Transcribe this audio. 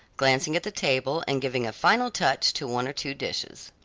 glancing at the table and giving a final touch to one or two dishes.